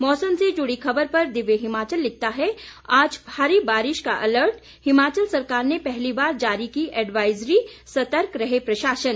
मौसम से जुड़ी खबर पर दिव्य हिमाचल लिखता है आज भारी बारिश का अलर्ट हिमाचल सरकार ने पहली बार जारी की एडवाइजरी सतर्क रहे प्रशासन